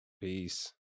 Peace